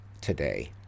today